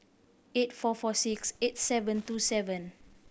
eight four four six eight seven two seven